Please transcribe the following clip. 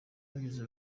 bagize